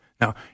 Now